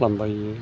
खालामबायो